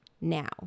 now